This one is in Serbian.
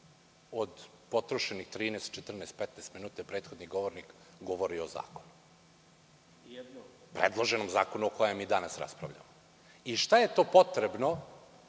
od potrošenih 13, 14, 15 minuta je prethodni govornik govorio o zakonu, predloženom zakonu o kojem mi danas raspravljamo? Šta je to potrebno